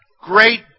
great